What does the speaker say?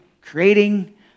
creating